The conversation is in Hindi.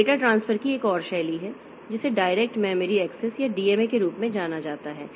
तो डेटा ट्रांसफर की एक और शैली है जिसे डायरेक्ट मेमोरी एक्सेस या डीएमए के रूप में जाना जाता है